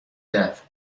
death